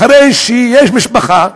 אחרי שיש משפחה,